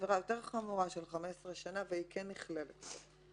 עבירה יותר חמורה של 15 שנה והיא כן נכללת פה.